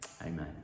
Amen